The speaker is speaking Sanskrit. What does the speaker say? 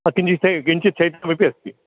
हा किञ्चित् शै किञ्चित् शैत्यमपि अस्ति